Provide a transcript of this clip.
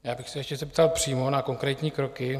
Já bych se ještě zeptal přímo na konkrétní kroky.